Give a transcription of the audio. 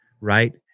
right